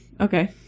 okay